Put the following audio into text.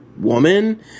woman